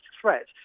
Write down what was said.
threat